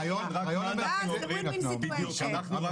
מה שאנחנו רואים כרגע הוא רק ההקדמה,